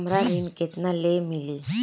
हमरा ऋण केतना ले मिली?